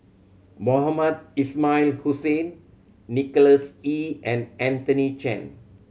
Mohamed Ismail Hussain Nicholas Ee and Anthony Chen